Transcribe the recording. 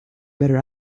better